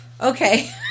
okay